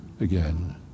again